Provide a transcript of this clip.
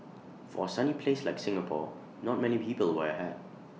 for A sunny place like Singapore not many people wear A hat